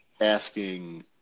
asking